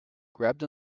grabbed